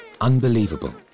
unbelievable